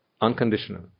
unconditional